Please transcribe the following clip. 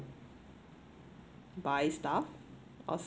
buy stuff